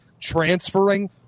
transferring